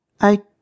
I